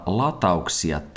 latauksia